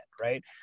right